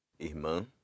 Irmã